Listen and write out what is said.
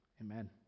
Amen